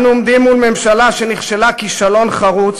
בנאומו באו"ם ב-1974 הצהיר יאסר ערפאת,